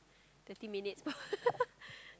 thirty minutes